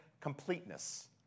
completeness